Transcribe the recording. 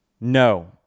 No